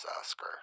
Oscar